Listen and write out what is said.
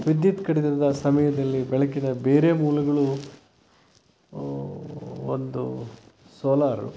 ವಿದ್ಯುತ್ ಕಡಿತದ ಸಮಯದಲ್ಲಿ ಬೆಳಕಿನ ಬೇರೆ ಮೂಲಗಳು ಒಂದು ಸೋಲಾರು